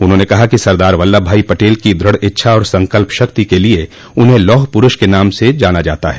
उन्होंने कहा कि सरदार बल्लभ भाई पटेल की दृढ़ इच्छा और संकल्प शक्ति के लिये उन्हें लौह पुरूष के नाम से जाना जाता है